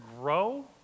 grow